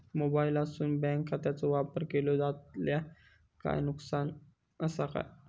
मोबाईलातसून बँक खात्याचो वापर केलो जाल्या काय नुकसान असा काय?